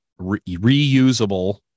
reusable